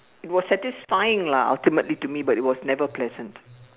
it was satisfying lah ultimately to me but it was never pleasant